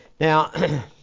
Now